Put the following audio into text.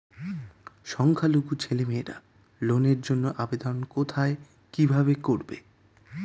সংখ্যালঘু ছেলেমেয়েরা লোনের জন্য আবেদন কোথায় কিভাবে করবে?